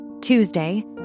Tuesday